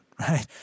right